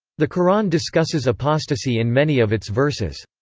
the quran discusses apostasy in many of its verses.